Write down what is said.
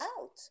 out